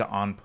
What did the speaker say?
on